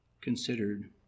considered